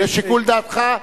לשיקול דעתך,